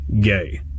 Gay